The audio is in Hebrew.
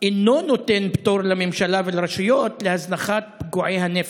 אינו נותן פטור לממשלה ולרשויות להזנחת פגועי הנפש.